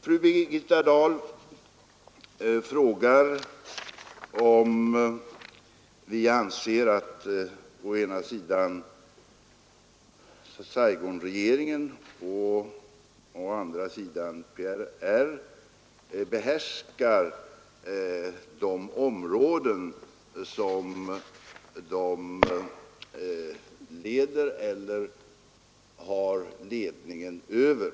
Fru Birgitta Dahl frågar, om vi anser att å ena sidan Saigonregeringen och å andra sidan PRR behärskar de områden som de har ledningen över.